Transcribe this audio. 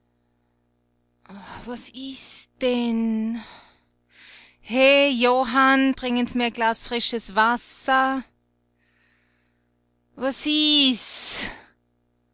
was ist denn he johann bringen s mir ein glas frisches wasser was ist